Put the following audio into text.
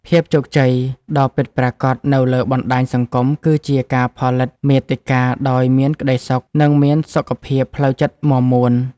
ភាពជោគជ័យដ៏ពិតប្រាកដនៅលើបណ្ដាញសង្គម គឺជាការផលិតមាតិកាដោយមានក្ដីសុខ និងមានសុខភាពផ្លូវចិត្តមាំមួន។